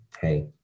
hey